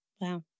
Wow